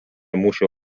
mūšio